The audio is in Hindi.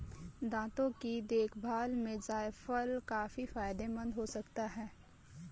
दांतों की देखभाल में जायफल काफी फायदेमंद हो सकता है